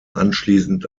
anschließend